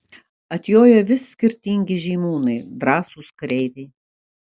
atjoja vis skirtingi žymūnai drąsūs kareiviai